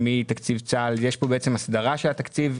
יש פה בעצם הסדרה של התקציב,